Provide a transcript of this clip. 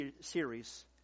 series